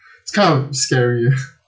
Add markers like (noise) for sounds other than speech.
it's kind of scary ya (laughs)